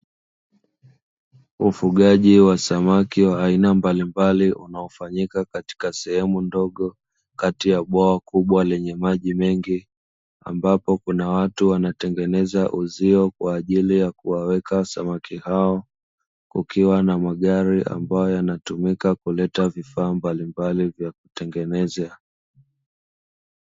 Ufugaji wa samaki wa aina mbalimbali unaofanyika katika sehemu ndogo kati ya bwawa kubwa lenye maji mengi, ambapo kuna watu wanatengeneza uzio kwa ajili ya kuwaweka samaki hao. Kukiwa na magari ambayo yanatumika kuleta vifaa mbalimbali vya kutengenezea.